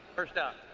first down.